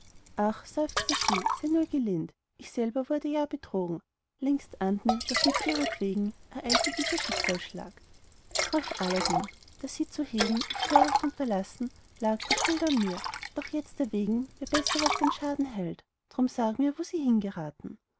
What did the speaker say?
sie sei nur gelind ich selber wurde ja betrogen längst ahnt mir daß uns ihretwegen ereilte dieser schicksalsschlag drauf aladdin da sie zu hegen ich töricht unterlassen lag die schuld an mir doch jetzt erwägen wir besser was den schaden heilt drum sag mir wo sie hingeraten